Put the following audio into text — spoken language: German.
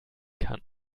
kann